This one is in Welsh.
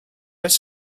oes